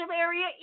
area